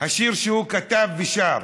השיר שהוא כתב ושר.